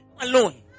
alone